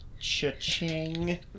Cha-ching